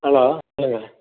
hello சொல்லுங்க